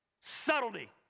Subtlety